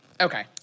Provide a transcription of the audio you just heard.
Okay